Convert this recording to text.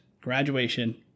graduation